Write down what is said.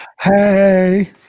hey